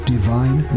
Divine